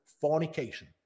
fornication